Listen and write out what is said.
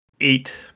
eight